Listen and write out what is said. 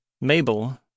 Mabel